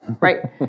right